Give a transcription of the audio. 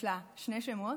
יש לה שני שמות,